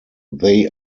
they